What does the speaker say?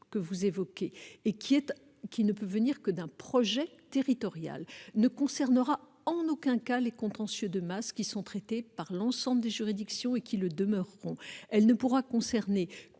que vous évoquez et qui ne peut provenir que d'un projet territorial, ne concernera en aucun cas les contentieux de masse, qui sont traités par l'ensemble des juridictions et qui le demeureront. Elle ne pourra concerner